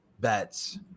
bets